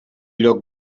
lloc